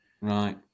right